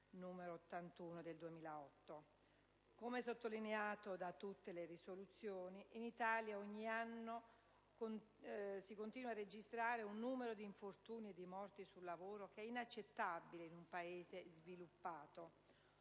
n. 81 del 2008. Come sottolineato in tutte le proposte di risoluzione, in Italia ogni anno si continua a registrare un numero di infortuni e di morti sul lavoro che è inaccettabile in un Paese sviluppato.